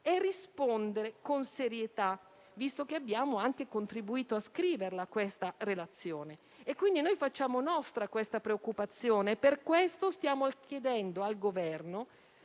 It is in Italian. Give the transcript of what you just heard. rispondere con serietà, visto che abbiamo anche contribuito a scrivere questa relazione. Quindi facciamo nostra tale preoccupazione e per questo stiamo chiedendo al Governo